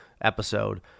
episode